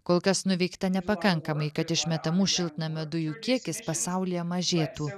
kol kas nuveikta nepakankamai kad išmetamų šiltnamio dujų kiekis pasaulyje mažėtų